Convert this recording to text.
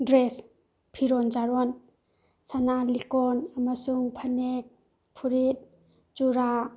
dress ꯐꯤꯔꯣꯟ ꯆꯥꯔꯣꯟ ꯁꯅꯥ ꯂꯤꯛꯀꯣꯟ ꯑꯃꯁꯨꯡ ꯐꯅꯦꯛ ꯐꯨꯔꯤꯠ ꯆꯨꯔꯥ